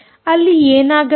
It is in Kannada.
ಅಲ್ಲಿ ಏನಾಗಬೇಕು